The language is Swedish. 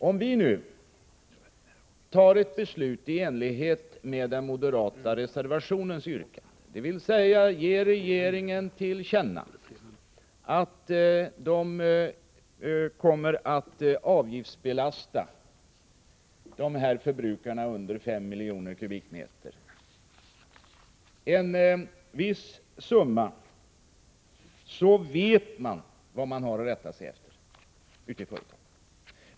Om vi nu fattar beslut i enlighet med den moderata reservationens yrkande, dvs. begär av regeringen att de konsumenter som förbrukar högst 5 miljoner m? belastas med en viss avgift, då vet man ute i företagen man har att rätta sig efter.